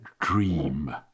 dream